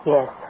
Yes